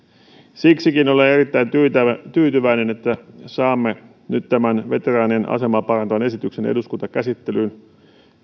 siksikin olen erittäin tyytyväinen että saamme nyt tämän veteraanien asemaa parantavan esityksen eduskuntakäsittelyyn